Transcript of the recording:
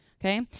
okay